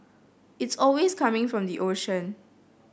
it's always coming from the ocean